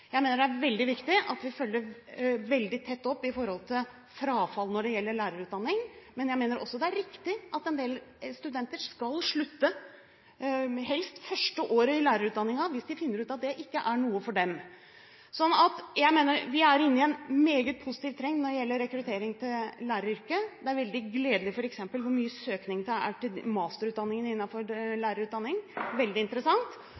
Jeg mener det er veldig viktig at vi følger veldig tett opp når det gjelder frafall i lærerutdanningen, men jeg mener også det er riktig at en del studenter skal slutte, helst første året i lærerutdanningen, hvis de finner ut at det ikke er noe for dem. Jeg mener at vi er inne i en meget positiv trend når det gjelder rekruttering til læreryrket. Det er veldig gledelig f.eks. å se hvor stor søkning det er til masterutdanningen innenfor lærerutdanningen . Det er veldig interessant,